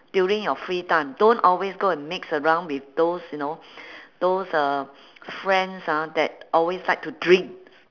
during your free time don't always go and mix around with those you know those uh friends ah that always like to drinks